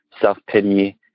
self-pity